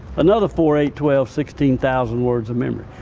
another four, eight, twelve, sixteen thousand words of memory.